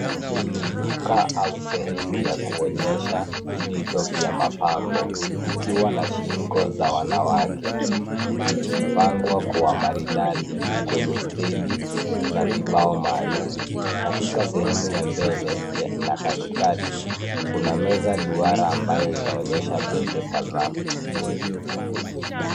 Ni duka au sehemu ya kuonyesha vito vya mapambo ikiwa na shingo za wanawake zikipangwa kwa maridadi kwenye stendi na vibao maalum. Katika sehemu ya mbele na katikati, kuna meza duara ambayo inaonyesha pete kadhaa.